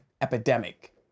epidemic